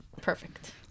perfect